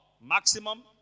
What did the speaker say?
maximum